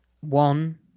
one